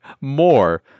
more